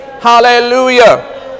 Hallelujah